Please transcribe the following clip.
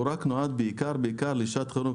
הוא נועד בעיקר בעיקר לשעת חירום,